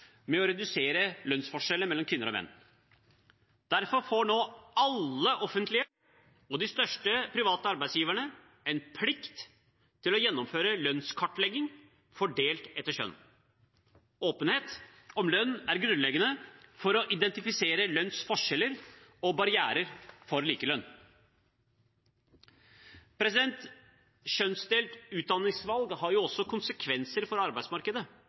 med å redusere lønnsforskjeller mellom kvinner og menn. Derfor får nå alle de offentlige og de største private arbeidsgiverne en plikt til å gjennomføre lønnskartlegging fordelt etter kjønn. Åpenhet om lønn er grunnleggende for å identifisere lønnsforskjeller og barrierer for likelønn. Kjønnsdelt utdanningsvalg har også konsekvenser for arbeidsmarkedet,